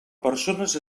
persones